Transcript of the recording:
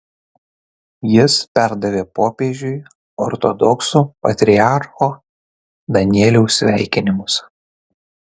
jis perdavė popiežiui ortodoksų patriarcho danieliaus sveikinimus